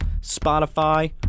Spotify